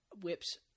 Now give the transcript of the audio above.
whips